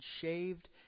shaved